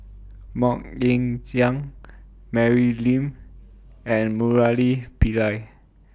Mok Ying Jang Mary Lim and Murali Pillai